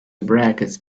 brackets